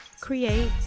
create